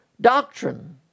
Doctrine